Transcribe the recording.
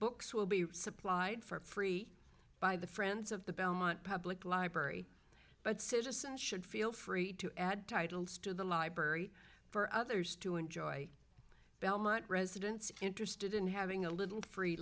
books will be supplied for free by the friends of the belmont public library but citizens should feel free to add titles to the library for others to enjoy belmont residents interested in having a little free